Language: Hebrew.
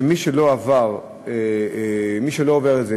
שמי שלא עובר את זה,